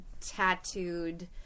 tattooed